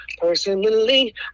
personally